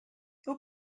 would